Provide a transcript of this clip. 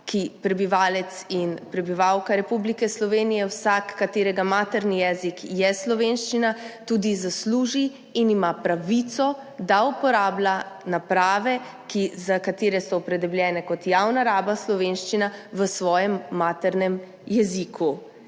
prebivalec in prebivalka Republike Slovenije, vsak, katerega materni jezik je slovenščina, tudi zasluži in ima pravico, da uporablja naprave, za katere je kot javna raba opredeljena slovenščina, v svojem maternem jeziku.